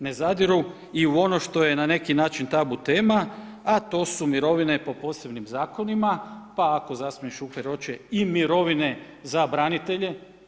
Ne zadiru i u ono što je na neki način tabu tema a to su mirovine po posebnim zakonima, pa ako zastupnik Šuker hoće i mirovine za branitelje.